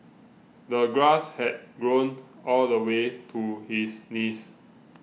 the grass had grown all the way to his knees